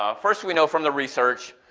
ah first we know from the research,